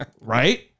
Right